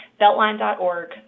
Beltline.org